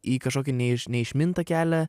į kažkokį neiš neišmintą kelią